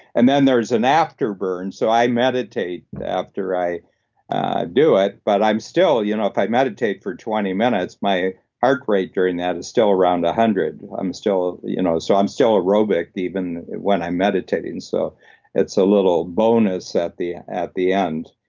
and then there's an after-burn, so i meditate after i do it, but i'm still, you know if i meditate for twenty minutes, my heart rate during that is still around one hundred. i'm still you know so i'm still aerobic, even when i'm meditating, so it's a little bonus at the at the end.